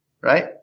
Right